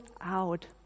out